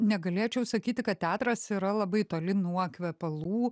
negalėčiau sakyti kad teatras yra labai toli nuo kvepalų